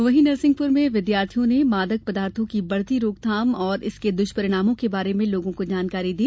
वहीं नरसिंहपुर में विद्यार्थियों ने मादक पदार्थो की बढ़ती रोकथाम और इसके दृष्परिणामों के बारे में लोगों को जानकारी दी